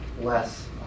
less